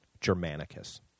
Germanicus